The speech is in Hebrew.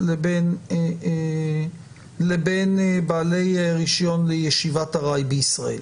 לבין בעלי רישיון לישיבת ארעי בישראל.